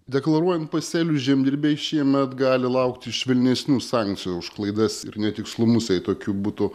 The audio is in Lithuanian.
deklaruojan pasėlius žemdirbiai šiemet gali laukti švelnesnių sankcijų už klaidas ir netikslumus jei tokių būtų